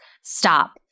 stop